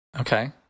Okay